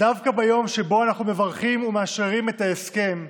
דווקא ביום שבו אנו מברכים ומאשררים את ההסכם,